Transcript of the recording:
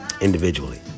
individually